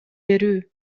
берүү